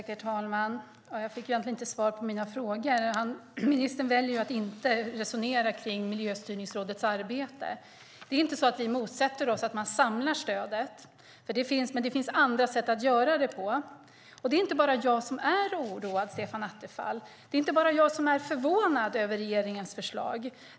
Herr talman! Jag fick egentligen inte svar på mina frågor. Ministern väljer att inte resonera om Miljöstyrningsrådets arbete. Vi motsätter oss inte att man samlar stödet. Men det finns andra sätt att göra det. Det är inte bara jag som är oroad, Stefan Attefall. Det är inte bara jag som är förvånad över regeringens förslag.